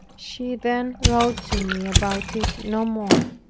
she then wrote to me about it no more.